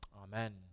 Amen